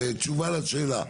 תשובה לשאלות.